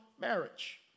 marriage